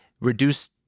reduce